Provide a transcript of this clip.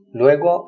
luego